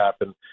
happen